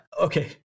okay